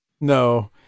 No